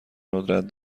ندرت